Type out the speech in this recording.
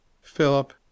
Philip